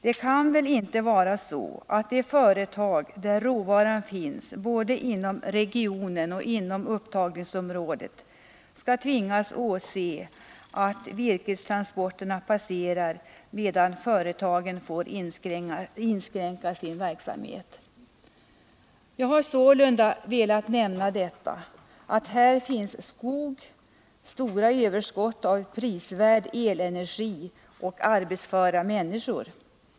Det kan väl inte vara så, att de företag där råvaran finns både inom regionen och inom upptagningsområdet skall tvingas åse att virkestransporterna passerar, medan företaget får inskränka sin verksamhet. Jag har sålunda velat nämna att här finns skog, stora överskott av prisvärd elenergi och arbetsföra människor.